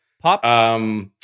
pop